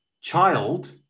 child